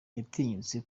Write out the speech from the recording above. yatinyutse